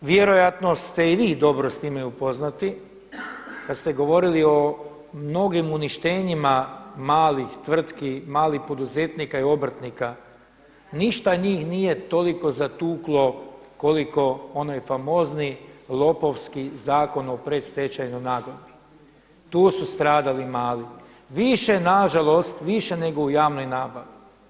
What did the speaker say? Ali vjerojatno ste i vi s time dobro upoznati kada ste govorili o mnogim uništenjima malih tvrtki, malih poduzetnika i obrtnika, ništa njih nije toliko zatuklo koliko onaj famozni lopovski zakon o predstečajnoj nagodbi, tu su stradali mali. više nažalost, više nego u javnoj nabavi.